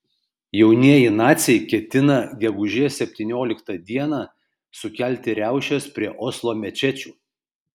jaunieji naciai ketina gegužės septynioliktą dieną sukelti riaušes prie oslo mečečių